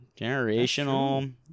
Generational